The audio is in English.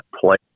play